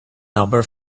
number